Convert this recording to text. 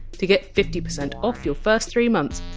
to get fifty percent off your first three months,